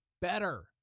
better